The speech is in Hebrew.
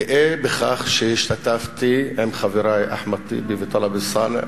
גאה בכך שהשתתפתי עם חברי אחמד טיבי וטלב אלסאנע,